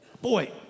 Boy